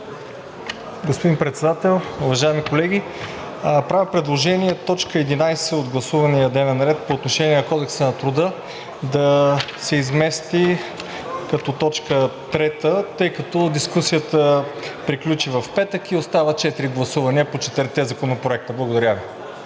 Господин Председател, уважаеми колеги! Правя предложение т. 11 от гласувания дневен ред по отношение на Кодекса на труда да се измести като точка трета, тъй като дискусията приключи в петък и остават четири гласувания по четирите законопроекта. Благодаря Ви.